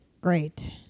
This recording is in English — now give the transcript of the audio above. great